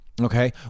Okay